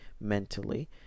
mentally